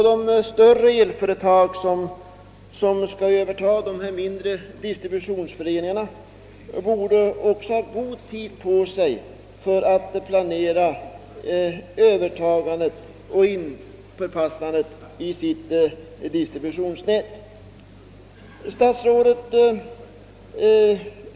De större elföretag som skall övertaga de mindre = distributionsföreningarna bör också ha god tid på sig att planera övertagandet och inpassa föreningarna i sitt distributionsnät.